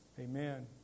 Amen